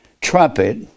trumpet